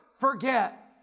forget